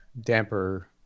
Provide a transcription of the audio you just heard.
damper